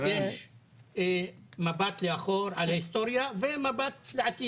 יש מבט לאחור על ההיסטוריה ומבט לעתיד.